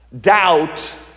doubt